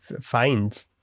find